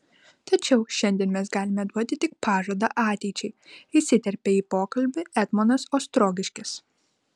tačiau šiandien mes galime duoti tik pažadą ateičiai įsiterpė į pokalbį etmonas ostrogiškis